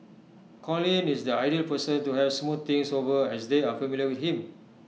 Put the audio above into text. Colin is the ideal person to help smooth things over as they are familiar with him